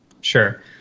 Sure